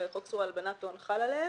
מהגופים שחוק איסור הלבנת הון חל עליהם.